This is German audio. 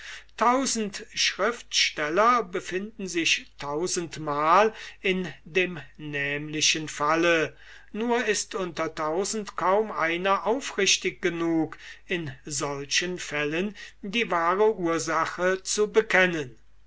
tausend schriftsteller befinden sich tausendmal in dem nämlichen falle nur ist unter tausend kaum einer aufrichtig genug in solchen fällen die wahre ursache zu bekennen